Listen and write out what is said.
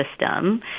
system